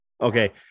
Okay